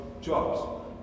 jobs